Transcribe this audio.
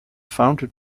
founded